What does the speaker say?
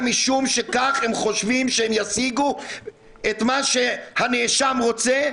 משום שכך הם חושבים שהם ישיגו את מה שהנאשם רוצה.